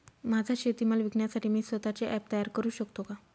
माझा शेतीमाल विकण्यासाठी मी स्वत:चे ॲप तयार करु शकतो का?